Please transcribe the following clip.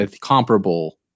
comparable